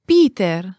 Peter